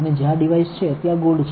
અને જ્યાં ડિવાઇસ છે ત્યાં ગોલ્ડ છે